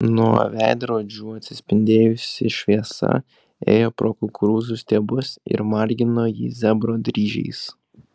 nuo veidrodžių atsispindėjusi šviesa ėjo pro kukurūzų stiebus ir margino jį zebro dryžiais